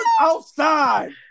outside